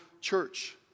church